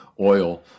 oil